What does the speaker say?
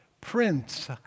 Prince